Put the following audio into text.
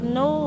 no